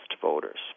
voters